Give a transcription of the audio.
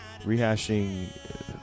rehashing